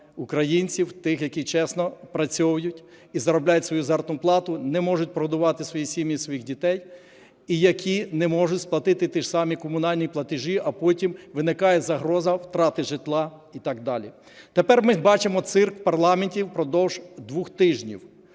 тих, які чесно працюють і заробляють заробітну плату, не можуть прогодувати свої сім'ї, своїх дітей, і які не можуть сплатити ті ж самі комунальні платежі, а потім виникає загроза втрати житла і так далі. Тепер ми бачимо цирк у парламенті впродовж двох тижнів,